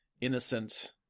innocent